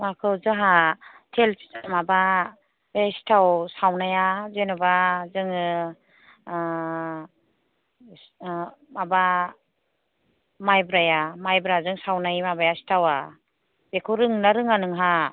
माखौ जोंहा तेल फिथा माबा बे सिथाव सावनाया जेनेबा जोङो माबा माइब्राया माइब्राजों सावनाय माबाया सिथावा बेखौ रोंगौना रोङा नोंहा